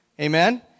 Amen